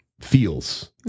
feels